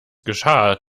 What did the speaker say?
geschah